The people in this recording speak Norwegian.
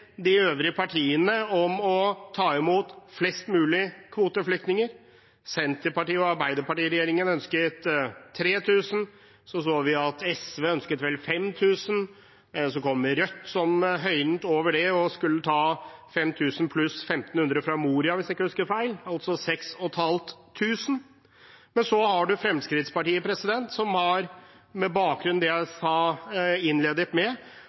de øvrige partiene om å ta imot flest mulig kvoteflyktninger. Arbeiderparti–Senterparti-regjeringen ønsket 3 000, vi så at SV vel ønsket 5 000, og så kom Rødt og høynet og skulle ta 5 000 pluss 1 500 fra Moria, hvis jeg ikke husker feil, altså 6 500. Men så har man Fremskrittspartiet, som – med bakgrunn i det jeg innledet med